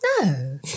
No